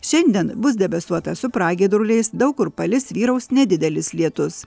šiandien bus debesuota su pragiedruliais daug kur palis vyraus nedidelis lietus